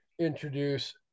introduce